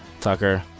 Tucker